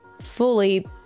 fully